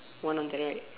one on the right